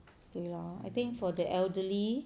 对 lor I think for the elderly